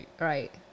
Right